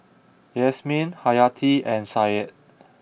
Yasmin Hayati and Said